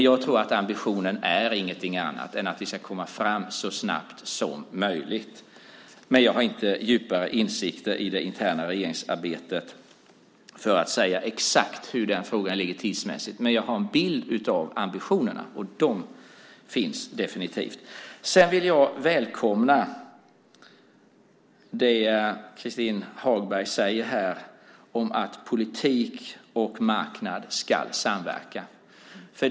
Jag tror att ambitionen inte är någon annan än att vi ska komma fram så snabbt som möjligt, men jag har inga djupare insikter i det interna regeringsarbetet. Jag kan inte säga exakt hur den frågan ligger tidsmässigt, men jag har en bild av ambitionerna, och de finns definitivt. Sedan vill jag välkomna det Christin Hagberg säger här om att politik och marknad ska samverka.